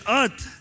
earth